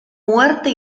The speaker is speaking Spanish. muerte